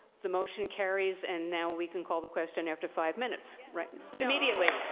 the motion carries and now we can call the question after five minutes. immediately.